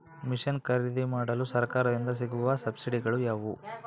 Mission ಖರೇದಿಮಾಡಲು ಸರಕಾರದಿಂದ ಸಿಗುವ ಸಬ್ಸಿಡಿಗಳು ಯಾವುವು?